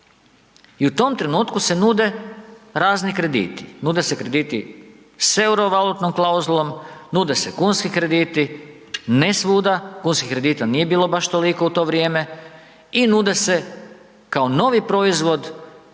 I u tom trenutku se nude razni krediti, nude se krediti s euro valutnom klauzulom, nude se kunski krediti, ne svuda, kunskih kredita nije bilo baš toliko u to vrijeme i nude se kao novi proizvod,